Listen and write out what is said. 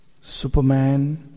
Superman